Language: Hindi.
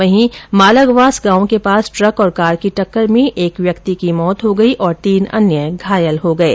वहीं मालगवास गांव के पास ट्रक और कार की टक्कर में एक व्यक्ति की मौत हो गई और तीन अन्य घायल हो गये